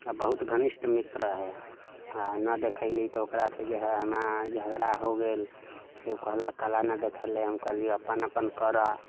आओर बहुत घनिष्ठ मित्र रहै आओर नहि देखेलीह तऽ ओकरासँ जे है हमरा झगड़ा हो गेल कियो कहलक काहेलऽ नहि देखेलही हम कहली अपन अपन करऽ